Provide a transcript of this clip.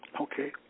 Okay